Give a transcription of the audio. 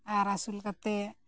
ᱟᱨ ᱟᱹᱥᱩᱞ ᱠᱟᱛᱮ